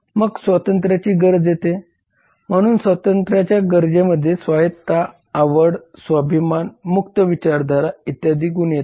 मग स्वातंत्र्याची गरज येते म्हणून स्वातंत्र्याच्या गरजेमध्ये स्वायत्तता आवड स्वाभिमान मुक्त विचारधारा इत्यादी गुण आहेत